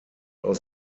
aus